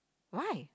why